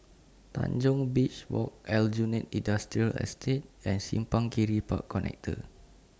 Tanjong Beach Walk Aljunied Industrial Estate and Simpang Kiri Park Connector